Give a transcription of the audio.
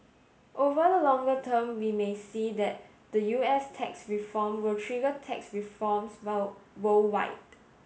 over the longer term we may see that the U S tax reform will trigger tax reforms worldwide